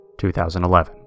2011